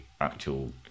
actual